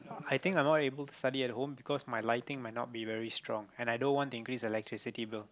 I think I'm not able to study at home because my lighting might not very strong and i don't want to increase the electricity bill